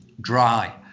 dry